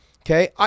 Okay